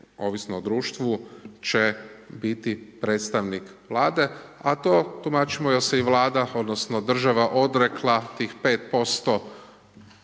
ovisno o društvu će biti predstavnik Vlade, a to tumačimo jer se i Vlada odnosno održava odrekla tih 5%